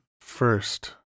First